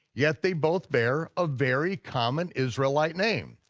yet they both bear a very common israelite name.